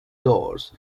doors